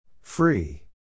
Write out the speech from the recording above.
Free